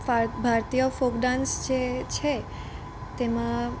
ભારતીય folk dance જે છે તેમાં